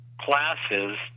classes